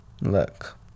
Look